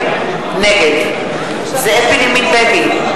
נגד זאב בנימין בגין,